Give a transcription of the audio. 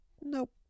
Nope